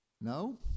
No